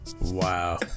Wow